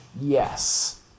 Yes